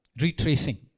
retracing